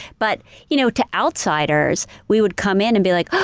but you know to outsiders, we would come in and be like, oh,